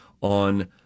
on